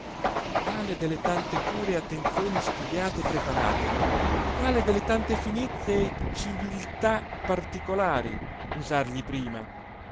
mani quale delle tante cure e attenzioni studiate e preparate quale delle tante finezze e civiltà particolari usargli prima